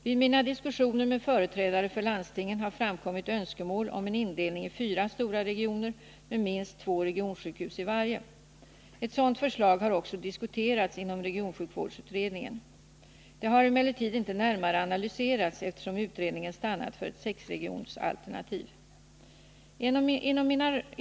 Vid mina diskussioner med företrädare för landstingen har framkommit önskemål om en indelning i fyra stora regioner med minst två regionsjukhus i varje. Ett sådant förslag har också diskuterats inom regionsjukvårdsutredningen. Det har emellertid inte närmare analyserats, eftersom utredningen stannat för ett sexregionsalternativ.